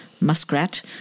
muskrat